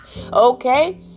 okay